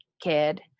kid